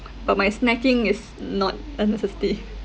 but my snacking is not a necessity